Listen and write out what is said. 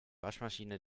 waschmaschine